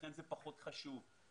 לכן זה פחות חשוב.